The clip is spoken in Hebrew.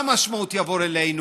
מה המשמעות של "יעבור אלינו"?